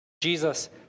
Jesus